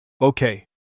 Okay